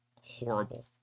horrible